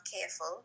careful